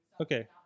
Okay